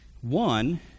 One